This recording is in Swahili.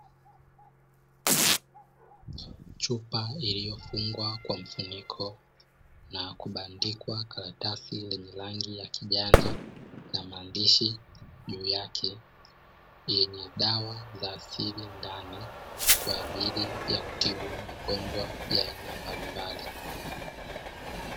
Chupa iliyofungwa kwa mfuniko na kubandikwa karatasi lenye rangi ya kijani na maandishi juu yake, yenye dawa za asili ndani kwa ajili ya kutibu magonjwa ya aina mbalimbali.